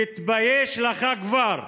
תתבייש לך כבר,